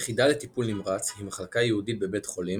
יחידה לטיפול נמרץ היא מחלקה ייעודית בבית חולים